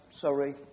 Sorry